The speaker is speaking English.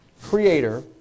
creator